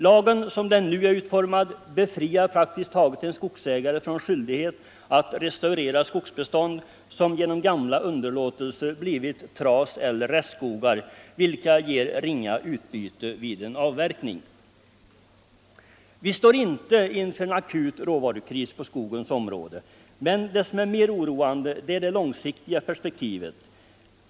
Lagen, som den nu är utformad, befriar praktiskt taget en skogsägare från skyldighet att restaurera skogsbestånd, som genom gamla underlåtelser blivit traseller restskogar, vilka ger ringa utbyte vid avverkning. Vi står inte inför en akut råvarukris på skogens område, men det som är mer oroande är det långsiktiga perspektivet.